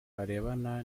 arebana